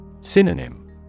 Synonym